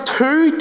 two